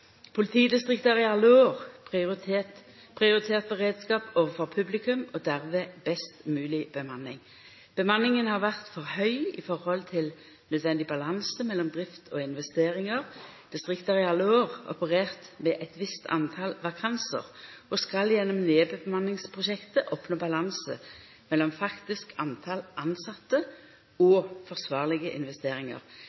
Politidistriktet har i alle år prioritert beredskap overfor publikum, og derved best mulig bemanning. Bemanningen har vært for høy i forhold til en nødvendig balanse mellom drift og investeringer. Distriktet har i alle år operert med et visst antall vakanser, og skal gjennom nedbemanningsprosjektet oppnå balanse mellom faktisk antall ansatte og